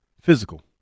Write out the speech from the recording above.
Physical